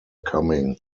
coming